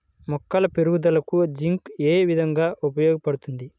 మొక్కల పెరుగుదలకు జింక్ ఏ విధముగా ఉపయోగపడుతుంది?